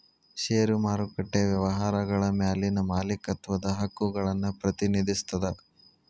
ಷೇರು ಮಾರುಕಟ್ಟೆ ವ್ಯವಹಾರಗಳ ಮ್ಯಾಲಿನ ಮಾಲೇಕತ್ವದ ಹಕ್ಕುಗಳನ್ನ ಪ್ರತಿನಿಧಿಸ್ತದ